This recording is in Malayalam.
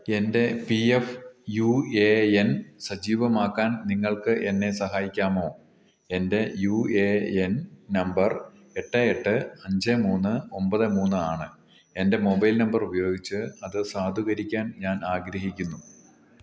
എൻറ്റെ P F U A N സജീവമാക്കാൻ നിങ്ങൾക്കെന്നെ സഹായിക്കാമോ എൻറ്റെ യു എ എൻ നമ്പർ എട്ട് എട്ട് അഞ്ച് മൂന്ന് ഒമ്പത് മൂന്നാണ് എൻറ്റെ മൊബൈൽ നമ്പര് ഉപയോഗിച്ച് അത് സാധൂകരിക്കാൻ ഞാനാഗ്രഹിക്കുന്നു